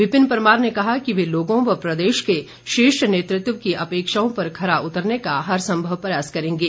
विपिन परमार ने कहा कि वे लोगों व प्रदेश के शीर्ष नेतृत्व की अपेक्षाओं पर खरा उतरने का हर संभव प्रयास करेंगे